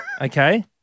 Okay